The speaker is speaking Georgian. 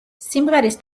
სიმღერის